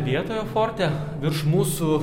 vietoje forte virš mūsų